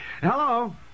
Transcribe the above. Hello